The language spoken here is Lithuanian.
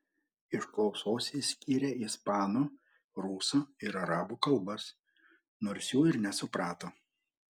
iš klausos jis skyrė ispanų rusų ir arabų kalbas nors jų ir nesuprato